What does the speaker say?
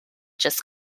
just